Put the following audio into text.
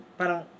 parang